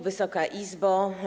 Wysoka Izbo!